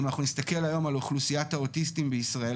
אם אנחנו נסתכל היום על אוכלוסיית האוטיסטים בישראל,